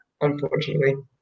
unfortunately